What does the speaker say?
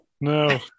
No